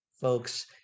folks